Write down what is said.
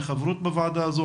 בחברות בוועדה הזו,